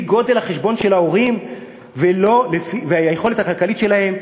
גודל החשבון של ההורים והיכולת הכלכלית שלהם,